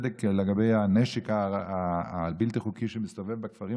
בגלל שהוא שייך לאוכלוסייה מסוימת או בצבע מסוים,